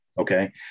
Okay